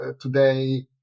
today